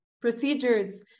procedures